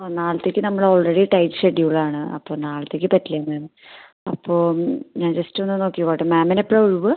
ആ നാളത്തേക്ക് നമ്മൾ ഓൾറെഡി ടൈറ്റ് ഷെഡ്യൂൾ ആണ് അപ്പോൾ നാളത്തേക്ക് പറ്റില്ല മാം അപ്പം ഞാൻ ജസ്റ്റ് ഒന്ന് നോക്കിക്കോട്ടെ മാമിന് എപ്പോഴാണ് ഒഴിവ്